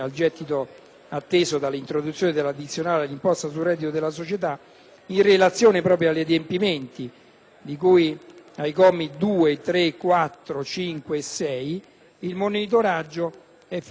In relazione agli adempimenti di cui ai commi 2, 3, 4, 5 e 6, il monitoraggio è finalizzato anche all'adozione, entro il 30 aprile 2010,